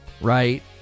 Right